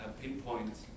pinpoint